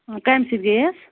کَمہِ سۭتۍ گٔیَس